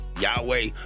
Yahweh